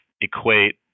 equate